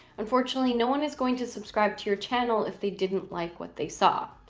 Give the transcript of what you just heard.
unfortunately, no one is going to subscribe to your channel if they didn't like what they saw.